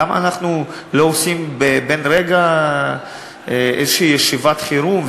למה אנחנו לא עושים בן-רגע איזו ישיבת חירום,